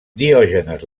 diògenes